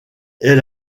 est